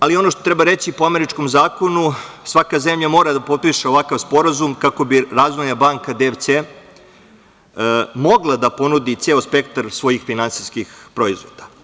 Ali, ono što treba reći, po američkom zakonu, svaka zemlja mora da potpiše ovakav sporazum kako bi Razvojna banka DFC mogla da ponudi ceo spektar svojih finansijskih proizvoda.